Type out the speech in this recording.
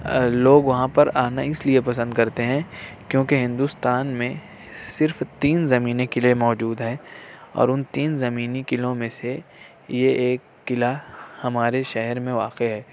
لوگ وہاں پر آنا اس لیے پسند کرتے ہیں کیونکہ ہندوستان میں صرف تین زمینی قلعے موجود ہیں اور ان تین زمینی قلعوں میں سے یہ ایک قلعہ ہمارے شہر میں واقع ہے